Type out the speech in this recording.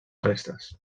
restes